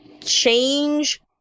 change